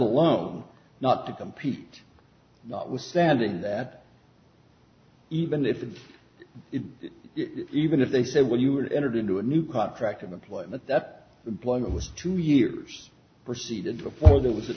alone not to compete notwithstanding that even if it's even if they said what you were entered into a new contract of employment that employment was two years proceed and before that was